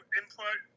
input